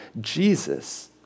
Jesus